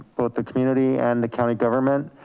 both the community and the county government.